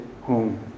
home